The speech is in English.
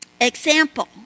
Example